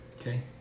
Okay